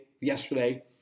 Yesterday